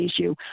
issue